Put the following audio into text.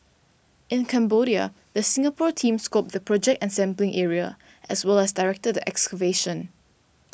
in Cambodia the Singapore team scoped the project and sampling area as well as directed the excavation